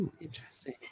Interesting